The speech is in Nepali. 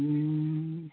ए